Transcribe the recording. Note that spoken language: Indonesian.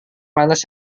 panas